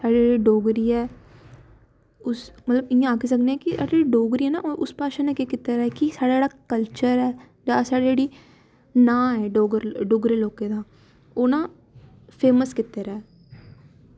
एह् डोगरी ऐ मतलब इ'या आक्खी सकनेआं कि डोगरी ऐ ना उस भाशा नै ऐसा कीते दा कि साढ़ा जेह्ड़ा कल्चर ऐ जां साढ़ी जेह्ड़ी नांऽ ऐ डुग्गर लोकें दा ओह् ना फेमस कीते दा ऐ